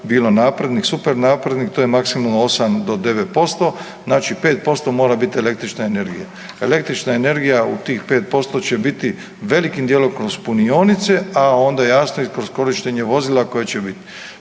bilo naprednih, super naprednih to je maksimalno 8 do 9%. Znači 5% mora biti električna energija. Električna energija u tih 5% će biti velikim dijelom kroz punionice, a onda jasno i kroz korištenje vozila koje će biti.